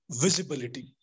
visibility